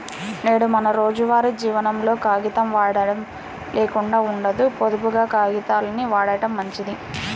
నేడు మన రోజువారీ జీవనంలో కాగితం వాడకం లేకుండా ఉండదు, పొదుపుగా కాగితాల్ని వాడటం మంచిది